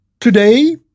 Today